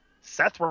Seth